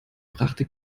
brachte